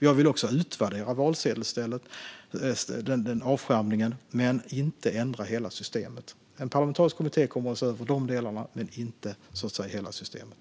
Jag vill också utvärdera avskärmningen vid valsedelsställen men inte ändra hela systemet. En parlamentarisk kommitté kommer att se över dessa delar men inte hela systemet.